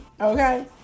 Okay